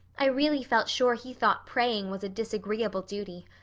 i really felt sure he thought praying was a disagreeable duty.